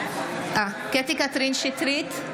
נוכחת קטי קטרין שטרית,